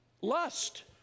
lust